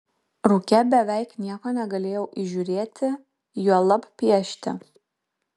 rūke beveik nieko negalėjau įžiūrėti juolab piešti